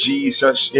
Jesus